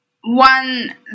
one